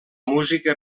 música